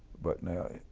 but now,